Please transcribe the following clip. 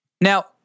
Now